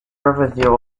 overview